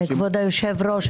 כבוד היושב-ראש,